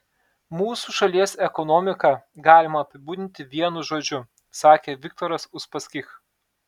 mūsų šalies ekonomiką galima apibūdinti vienu žodžiu sakė viktoras uspaskich